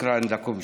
(אומר